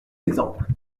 exemples